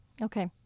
Okay